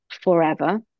forever